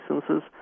licenses